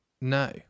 No